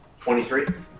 23